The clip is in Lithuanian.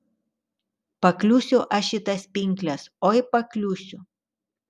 pakliūsiu aš į tas pinkles oi pakliūsiu